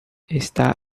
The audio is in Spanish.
está